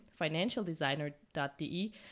financialdesigner.de